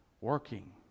working